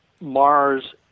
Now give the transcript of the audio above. Mars